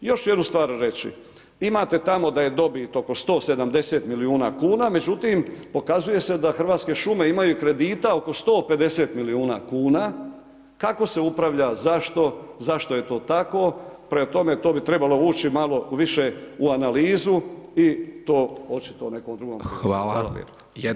Još ću jednu stvar reći, imate tamo da je dobit oko 170 milijuna kuna, međutim, pokazuje se da hrvatske šume imaju kredita oko 150 milijuna kuna, kako se upravlja, zašto, zašto je to tako, prema tome, to bi trebalo ući malo više u analizu i to očito nekom drugom prilikom.